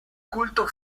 culto